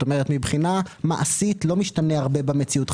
זאת אומרת, מבחינה מעשית לא משתנה הרבה במציאות.